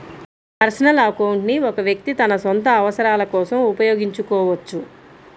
personal account ని ఒక వ్యక్తి తన సొంత అవసరాల కోసం ఉపయోగించుకోవచ్చు